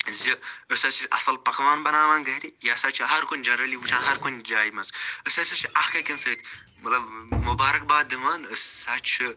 زِ أسۍ ہسا چھِ اصٕل پَکوان بناوان گھرِ یہِ ہسا چھُ ہر کُنہِ جَنرٔلی وُچھان ہر کُنہِ جایہِ منٛز أسۍ ہسا چھِ اَکھ أکیٚن سۭتۍ مطلب مُبارَک باد دِوان أسۍ ہسا چھِ